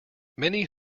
many